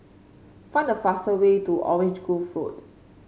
find the fastest way to Orange Grove Road